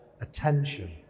attention